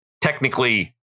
technically